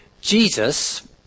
Jesus